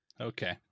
Okay